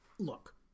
Look